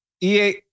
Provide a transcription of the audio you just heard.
EA